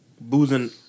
boozing